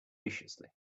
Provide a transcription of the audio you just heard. viciously